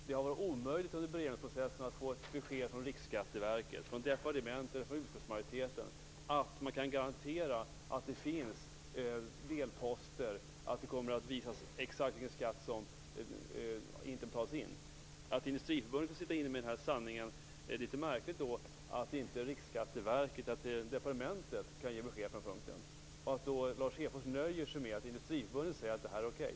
Det har under beredningsprocessen varit omöjligt att få ett besked från Riksskatteverket, från departementet och från utskottsmajoriteten om man kan garantera att det finns delposter som kommer att visa exakt vilken skatt som betalats. När Industriförbundet får sitta inne med den här sanningen är det märkligt att Riksskatteverket och departementet inte kan ge besked på den punkten och att Lars Hedfors nöjer sig med att Industriförbundet säger att det här är okej.